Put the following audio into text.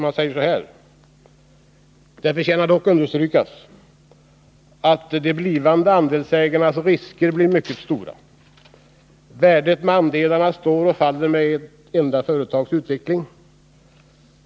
Man säger så här: ”Det förtjänar dock understrykas, att de blivande andelsägarnas risker blir mycket stora. Värdet med andelarna står och faller med ett enda företags utveckling.